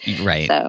Right